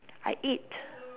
I eat